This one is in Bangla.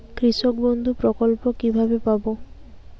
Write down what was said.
কৃষকবন্ধু প্রকল্প কিভাবে পাব?